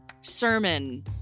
sermon